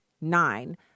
nine